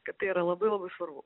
kad tai yra labai labai svarbu